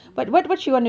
ya